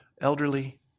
elderly